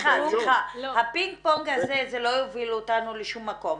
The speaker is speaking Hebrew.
סליחה, הפינג-פונג הזה לא יוביל אותנו לשום מקום.